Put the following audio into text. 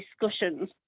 discussions